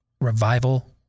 revival